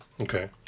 okay